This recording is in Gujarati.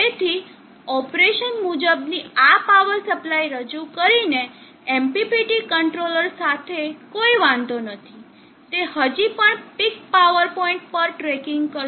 તેથી ઓપરેશન મુજબની આ પાવર સપ્લાય રજૂ કરીને MPPT કંટ્રોલર સાથે કોઈ વાંધો નથી તે હજી પણ પીક પાવર પોઇન્ટ પર ટ્રેકિંગ કરશે